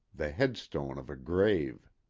the headstone of a grave!